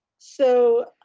so,